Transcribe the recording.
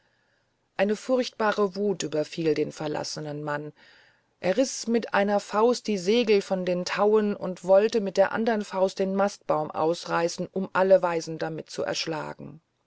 eine furchtbare wut überfiel den verlassenen mann er riß mit einer faust die segel von den tauen und wollte mit der andern faust den mastbaum ausreißen um alle weisen damit zu erschlagen